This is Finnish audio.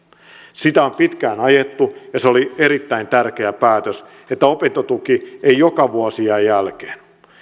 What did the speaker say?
sitä on pitkään ajettu ja se oli erittäin tärkeä päätös että opintotuki ei joka vuosi jää jälkeen